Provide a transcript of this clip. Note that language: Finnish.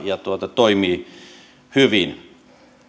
toimii hyvin